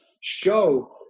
show